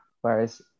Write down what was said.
whereas